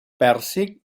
pèrsic